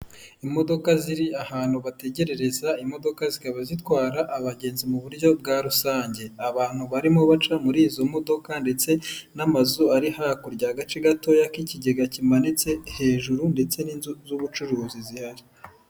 Imodoka ziri ahantu bategerereza imodoka zikaba zitwara abagenzi mu buryo bwa rusange. Abantu barimo baca muri izo modoka ndetse n'amazu ari hakurya, agace gatoya k'ikigega kimanitse hejuru ndetse n'inzu z'ubucuruzi zihari.